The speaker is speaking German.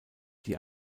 die